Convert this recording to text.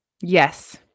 Yes